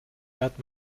hört